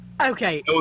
Okay